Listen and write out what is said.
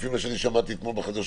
לפי מה ששמעתי אתמול בחדשות,